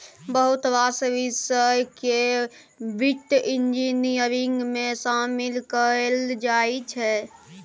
बहुत रास बिषय केँ बित्त इंजीनियरिंग मे शामिल कएल जाइ छै